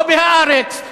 לא ב"הארץ",